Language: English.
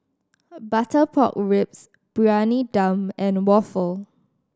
butter pork ribs Briyani Dum and waffle